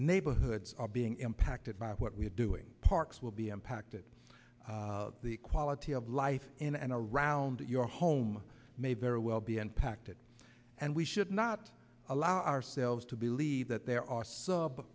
neighborhoods are being impacted by what we are doing parks will be impacted the quality of life in and around your home may very well be impacted and we should not allow ourselves to believe that there are sub